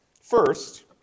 First